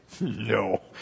No